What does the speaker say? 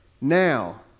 now